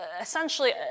essentially